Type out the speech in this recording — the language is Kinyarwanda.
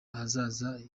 ahazaza